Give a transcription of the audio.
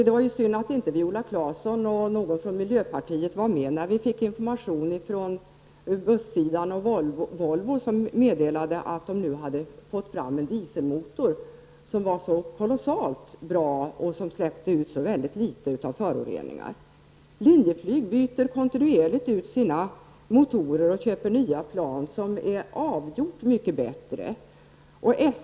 Det var synd att inte Viola Claesson och någon från miljöpartiet var med när vi fick information från Volvos bussavdelning, som meddelade att de nu hade fått fram en dieselmotor som var kolossalt bra och som släppte ut väldigt litet föroreningar. Linjeflyg byter kontinuerligt ut sina motorer och köper nya plan som är avgjort mycket bättre än de gamla.